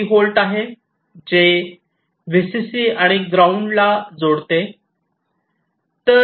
3 volt आहे जे हे व्हीसीसी आणि ग्राउंड टू ग्राउंडला जोडते